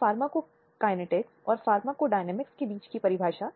पिछले व्याख्यान में हम लैंगिक हिंसा से संबंधित मुद्दों पर चर्चा